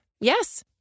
Yes